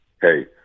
Hey